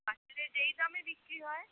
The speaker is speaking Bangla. বাজারে যে দামে বিক্রি হয়